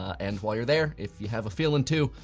and while you're there, if you have a feeling to,